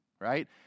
right